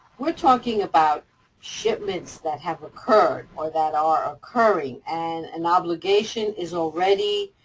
we're talking about shipments that have occurred or that are occurring, and an obligation is already,